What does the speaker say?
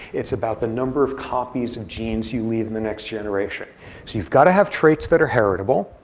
it's about the number of copies of genes you leave in the next generation. so you've got to have traits that are heritable.